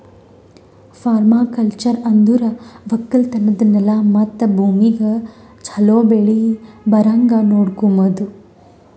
permaculture ಅಂದುರ್ ಒಕ್ಕಲತನದ್ ನೆಲ ಮತ್ತ ಭೂಮಿಗ್ ಛಲೋ ಬೆಳಿ ಬರಂಗ್ ನೊಡಕೋಮದ್